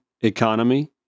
economy